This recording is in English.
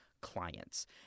clients